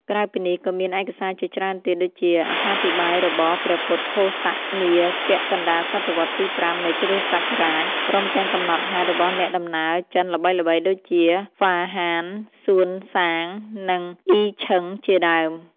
ក្រៅពីនេះ ក៏មានឯកសារជាច្រើនទៀតដូចជាអត្ថាធិប្បាយរបស់ ព្រះពុទ្ធឃោសៈ នាពាក់កណ្តាលសតវត្សរ៍ទី ៥ នៃគ.ស. ព្រមទាំងកំណត់ហេតុរបស់អ្នកដំណើរចិនល្បីៗដូចជា ហ្វាហាន សួនសាង និង អ៊ីឈឹង ជាដើម។